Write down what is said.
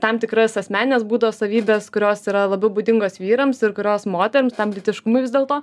tam tikras asmenines būdo savybes kurios yra labiau būdingos vyrams ir kurios moterims tam lytiškumui vis dėlto